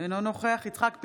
אינו נוכח יצחק פינדרוס,